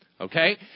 okay